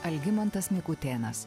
algimantas mikutėnas